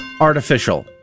artificial